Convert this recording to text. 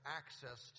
access